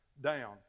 down